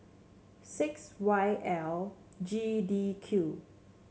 six Y L G D Q